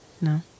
No